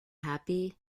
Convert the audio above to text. happy